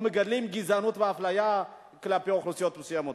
או מגלים גזענות ואפליה כלפי אוכלוסיות מסוימות.